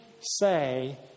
say